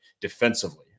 defensively